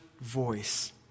voice